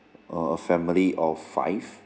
a family of five